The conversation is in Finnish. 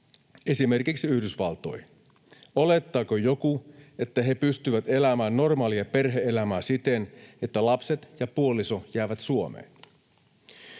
esimerkiksi Yhdysvaltoihin. Olettaako joku, että he pystyvät elämään normaalia perhe-elämää siten, että lapset ja puoliso jäävät Suomeen?